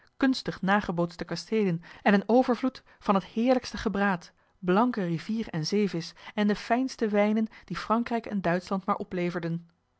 kunstig nagebootste kasteelen en een overvloed van het heerlijkste gebraad blanke rivieren zeevisch en de fijnste wijnen die frankrijk en duitschland maar opleverden